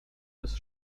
des